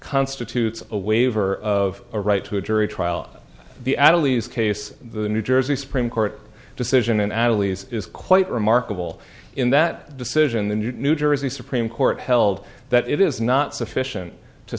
constitutes a waiver of a right to a jury trial the adelies case the new jersey supreme court decision in adelies is quite remarkable in that decision the new jersey supreme court held that it is not sufficient to